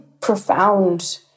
profound